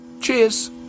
Cheers